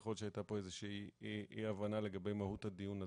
יכול להיות שהייתה פה אי-הבנה לגבי מהות הדיון הזה.